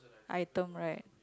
item right